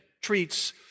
treats